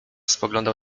spoglądał